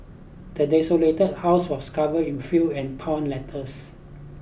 the desolated house was covered in fill and torn letters